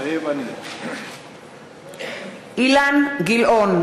מתחייב אני אילן גילאון,